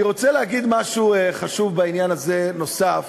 אני רוצה להגיד משהו חשוב בעניין הזה, נוסף.